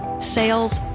sales